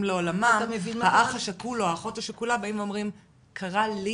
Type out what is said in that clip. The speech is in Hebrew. לעולמם האח או האחות השכולים באים ואומרים 'קרה לי